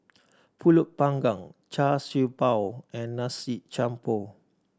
Pulut Panggang Char Siew Bao and nasi jampur